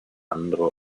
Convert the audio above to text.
andere